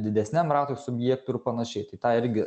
didesniam ratui subjektų ir panašiai tai tą irgi